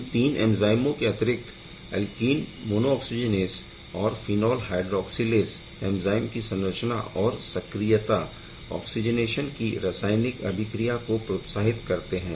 इन तीन एंज़ाइमों के अतिरिक्त alkene monooxygenase AMO alkene monooxygenaseAMO और फिनैल हाइड्रौक्सिलेस एंज़ाइमों की संरचना और सक्रियता ऑक्सीजनेशन की रासायनिक अभिक्रिया को प्रोत्साहित करते है